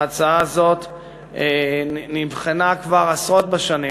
ההצעה הזאת נבחנת כבר עשרות בשנים,